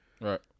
Right